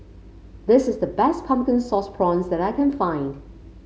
this is the best Pumpkin Sauce Prawns that I can find